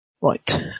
Right